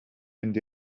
mynd